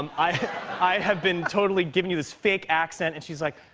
um i i have been totally giving you this fake accent. and she's like,